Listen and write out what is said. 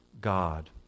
God